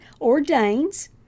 ordains